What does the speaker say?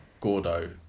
Gordo